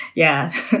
yeah.